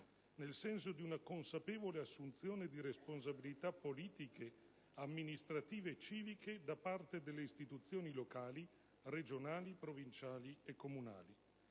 (nel senso di una consapevole assunzione di responsabilità politiche, amministrative e civiche) da parte delle istituzioni locali (regionali, provinciali e comunali).